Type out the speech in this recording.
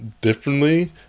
differently